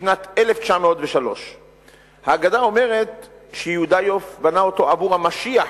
בשנת 1903. האגדה אומרת שיהודיוף בנה אותו עבור המשיח,